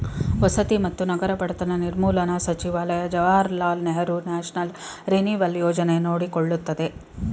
ವಸತಿ ಮತ್ತು ನಗರ ಬಡತನ ನಿರ್ಮೂಲನಾ ಸಚಿವಾಲಯ ಜವಾಹರ್ಲಾಲ್ ನೆಹರು ನ್ಯಾಷನಲ್ ರಿನಿವಲ್ ಯೋಜನೆ ನೋಡಕೊಳ್ಳುತ್ತಿದೆ